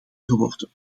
geworden